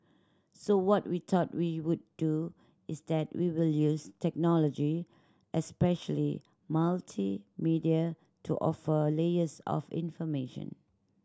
so what we thought we would do is that we will use technology especially multimedia to offer layers of information